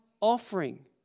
offering